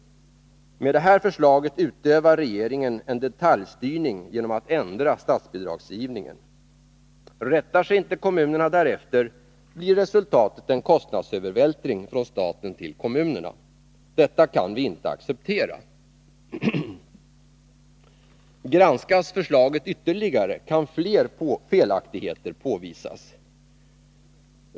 Med det här förslaget utövar regeringen en detaljstyrning genom att ändra statsbidragsgivningen. Rättar sig inte kommunerna därefter, blir resultatet en kostnadsövervältring från staten till kommunerna. Detta kan vi inte acceptera. Granskas förslaget ytterligare kan fler felaktigheter påvisas.